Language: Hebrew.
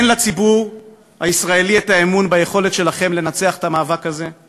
אין לציבור הישראלי אמון ביכולת שלכם לנצח במאבק הזה.